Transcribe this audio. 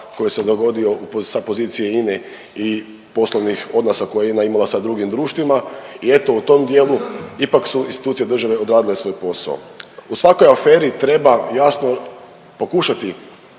koji se dogodio sa pozicije INA-e i poslovnih odnosa koje je INA imala sa drugim društvima i eto u tom dijelu ipak su institucije odradili svoj posao. U svakoj aferi treba jasno pokušati